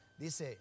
Dice